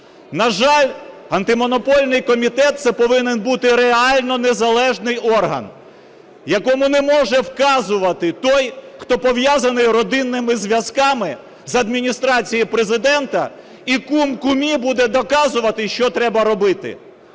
На жаль, Антимонопольний комітет це повинен бути реально незалежний орган, якому не може вказувати той, хто пов'язаний родинними зв'язками з Адміністрації Президента, і кум кумі буде доказувати, що треба робити.